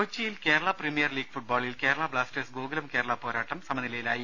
ദേദ കൊച്ചിയിൽ Kerala premier league ഫുട്ബോളിൽ കേരള ബ്ലാസ്റ്റേഴ്സ് ഗോകുലം കേരള പോരാട്ടം സമനിലയിലായി